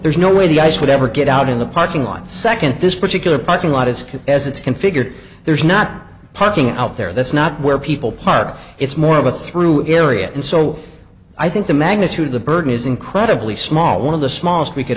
there's no way the ice would ever get out in the parking lot second this particular parking lot is as it's configured there's not parking out there that's not where people park it's more of a through area and so i think the magnitude of the burden is incredibly small one of the smallest we could